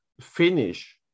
finish